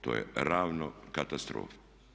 To je ravno katastrofi.